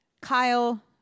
Kyle